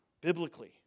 biblically